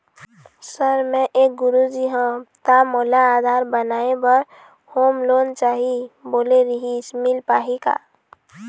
Sir मे एक गुरुजी हंव ता मोला आधार बनाए बर होम लोन चाही बोले रीहिस मील पाही का?